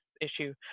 issue